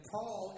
Paul